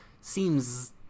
seems